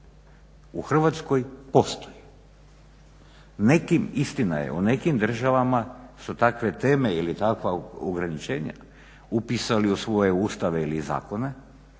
u Hrvatskoj postoji. Istina je u nekim državama su takve teme ili takva ograničenja upisali u svoje ustave ili zakone,